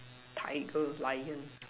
tiger lion